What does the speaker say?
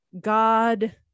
God